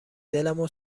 دلمو